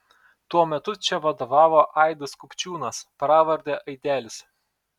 tuo metu čia vadovavo aidas kupčiūnas pravarde aidelis